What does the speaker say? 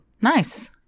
nice